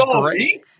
great